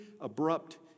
abrupt